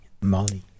Molly